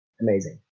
Amazing